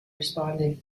responding